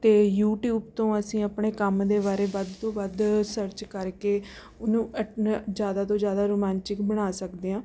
ਅਤੇ ਯੂਟਿਊਬ ਤੋਂ ਅਸੀਂ ਆਪਣੇ ਕੰਮ ਦੇ ਬਾਰੇ ਵੱਧ ਤੋ ਵੱਧ ਸਰਚ ਕਰਕੇ ਉਹਨੂੰ ਜ਼ਿਆਦਾ ਤੋਂ ਜ਼ਿਆਦਾ ਰੁਮਾਂਚਕ ਬਣਾ ਸਕਦੇ ਹਾਂ